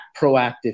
proactive